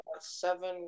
Seven